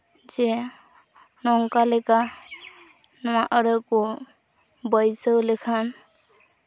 ᱡᱮ ᱱᱚᱝᱠᱟ ᱞᱮᱠᱟ ᱱᱚᱣᱟ ᱟᱹᱲᱟᱹ ᱠᱚ ᱵᱟᱹᱭᱥᱟᱹᱣ ᱞᱮᱠᱷᱟᱱ